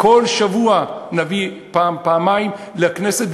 כל שבוע נביא פעם-פעמיים לכנסת,